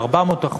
ב-400%.